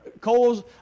coals